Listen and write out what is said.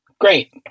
Great